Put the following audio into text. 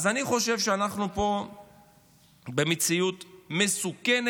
אני חושב שאנחנו פה במציאות מסוכנת,